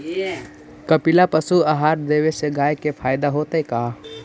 कपिला पशु आहार देवे से गाय के फायदा होतै का?